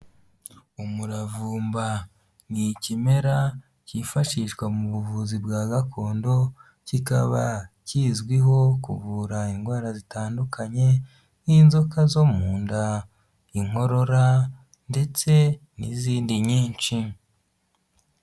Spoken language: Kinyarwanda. Umuravumba ni ikimera kifashishwa mu buvuzi bwa gakondo, kikaba kizwiho kuvura indwara zitandukanye nk'inzoka zo mu nda, inkorora ndetse n'izindi nyinshi.